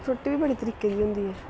रुट्टी बी बड़ी तरीके दी होंदी ऐ